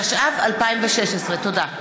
התשע"ו 2016. תודה.